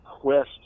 quest